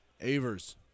Avers